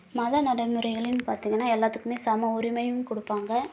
மத நடைமுறைகளின் பார்த்தீங்கன்னா எல்லாத்துக்குமே சம உரிமையும் கொடுப்பாங்க